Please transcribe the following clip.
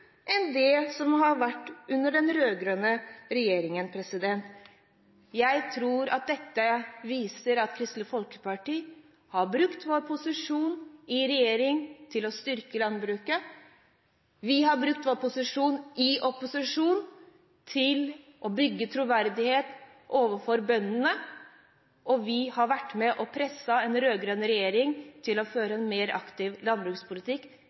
enn det som har vært gjort under den rød-grønne regjeringen. Jeg tror at dette viser at vi i Kristelig Folkeparti har brukt vår posisjon i regjering til å styrke landbruket. Vi har brukt vår posisjon i opposisjon til å bygge troverdighet overfor bøndene, og vi har vært med på å presse en rød-grønn regjering til å føre en mer aktiv landbrukspolitikk.